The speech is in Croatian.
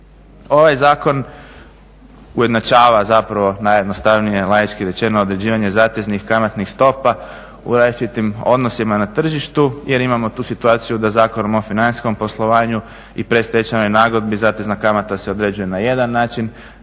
Ovaj zakon ujednačava zapravo, najjednostavnije laički rečeno, određivanje zateznih kamatnih stopa u različitim odnosima na tržištu jer imamo tu situaciju da Zakonom o financijskom poslovanju i predstečajnoj nagodbi zatezna kamata se određuje na jedan način,